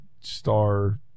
Star